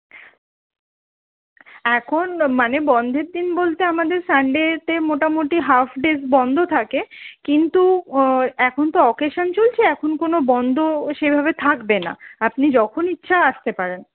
এখন মানে বন্ধের দিন বলতে আমাদের সানডেতে মোটামুটি হাফ ডে স বন্ধ থাকে কিন্তু এখন তো অকেশান চলছে এখন কোনো বন্ধ সেভাবে থাকবে না আপনি যখন ইচ্ছা আসতে পারেন